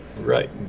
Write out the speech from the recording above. Right